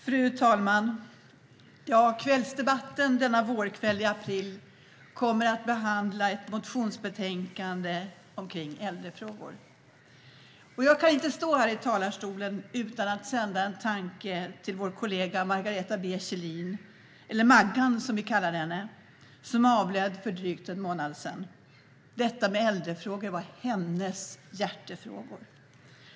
Fru talman! I kvällsdebatten denna vårkväll i april behandlas ett motionsbetänkande om äldrefrågor. Jag kan inte stå här i talarstolen utan att sända en tanke till vår kollega Margareta B Kjellin - eller Maggan, som vi kallade henne - som avled för drygt en månad sedan. Äldrefrågorna var hennes hjärtefrågor.